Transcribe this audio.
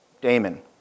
Damon